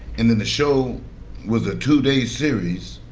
and then the show was a two-day series.